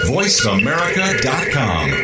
VoiceAmerica.com